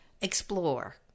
explore